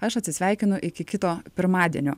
aš atsisveikinu iki kito pirmadienio